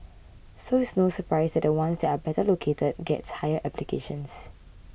so it's no surprise that the ones that are better located gets higher applications